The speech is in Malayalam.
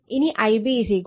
ഇനി Ib Ia ആംഗിൾ 120 o